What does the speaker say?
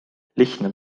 lihtne